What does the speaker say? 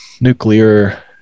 nuclear